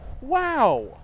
Wow